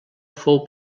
fou